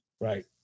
Right